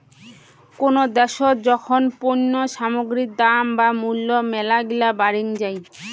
কোনো দ্যাশোত যখন পণ্য সামগ্রীর দাম বা মূল্য মেলাগিলা বাড়িং যাই